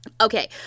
Okay